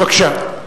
בבקשה.